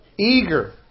Eager